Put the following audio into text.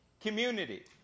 community